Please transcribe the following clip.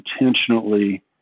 intentionally